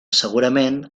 segurament